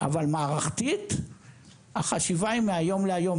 אבל מערכתית- החשיבה היא מהיום להיום,